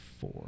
four